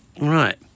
Right